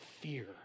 fear